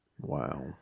Wow